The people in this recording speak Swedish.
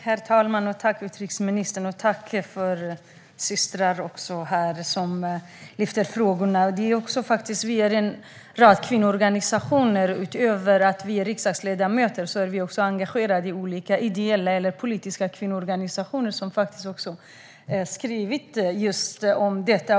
Herr talman! Jag tackar utrikesministern, och jag tackar andra systrar här som lyfter fram dessa frågor. Utöver att vi är riksdagsledamöter är vi också engagerade i olika ideella eller politiska kvinnoorganisationer som har skrivit om detta.